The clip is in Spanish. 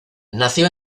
nació